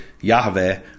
Yahweh